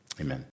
amen